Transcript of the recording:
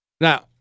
Now